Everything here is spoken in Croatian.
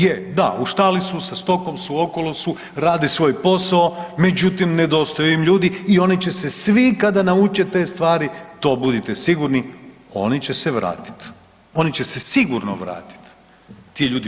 Je da u štali su sa stokom su, okolo su, rade svoj posao, međutim nedostaje im ljudi i oni će se svi kada nauče te stvari, to budite sigurni, oni će se vratit, oni će se sigurno vratit ti ljudi.